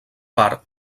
part